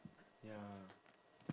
ya